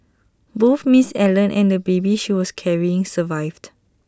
both Ms Allen and the baby she was carrying survived